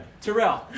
Terrell